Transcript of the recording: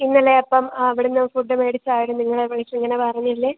ഇന്നലെ അപ്പം അവിടുന്ന് ഫുഡ്ഡ് മേടിച്ച ആരും നിങ്ങളെ വിളിച്ച് ഇങ്ങനെ പറഞ്ഞില്ലേ